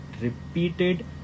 repeated